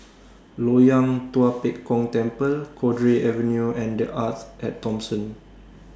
Loyang Tua Pek Kong Temple Cowdray Avenue and The Arte At Thomson